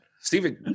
Stephen